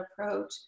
approach